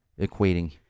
Equating